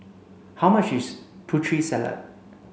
how much is Putri Salad